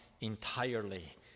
entirely